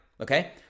Okay